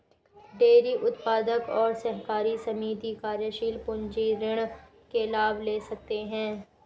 dairy उत्पादक और सहकारी समिति कार्यशील पूंजी ऋण के लाभ ले सकते है